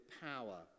power